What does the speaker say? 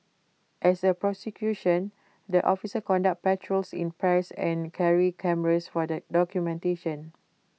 as A the officers conduct patrols in pairs and carry cameras for the documentation